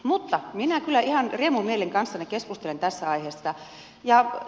mutta minä kyllä ihan riemumielin kanssanne keskustelen tästä aiheesta